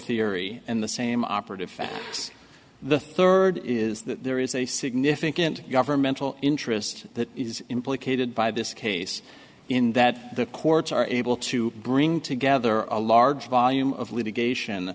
theory and the same operative it's the third is that there is a significant governmental interest that is implicated by this case in that the courts are able to bring together a large volume of litigation